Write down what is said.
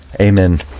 Amen